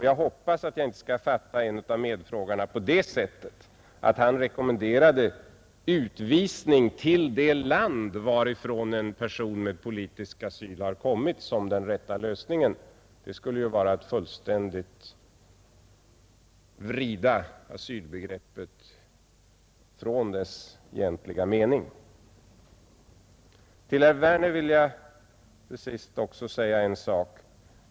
Jag hoppas att jag inte skall fatta en av medfrågarna på det sättet att han rekommenderade utvisning till det land, varifrån en person med politisk asyl har kommit, som den rätta lösningen. Det skulle ju vara att fullständigt vrida asylbegreppet från dess egentliga mening. Till herr Werner i Tyresö vill jag till sist säga en sak.